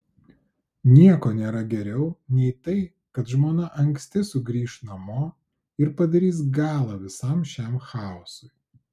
nieko nėra geriau nei tai kad žmona anksti sugrįš namo ir padarys galą visam šiam chaosui